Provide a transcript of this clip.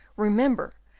remember,